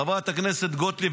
חברת הכנסת גוטליב,